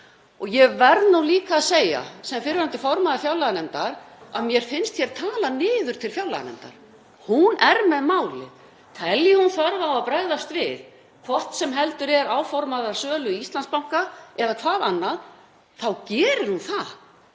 Ég verð líka að segja sem fyrrverandi formaður fjárlaganefndar að mér finnst hér talað niður til fjárlaganefndar. Hún er með málið. Telji hún þörf á að bregðast við, hvort sem heldur er áformaðri sölu Íslandsbanka eða hvað annað, þá gerir hún það.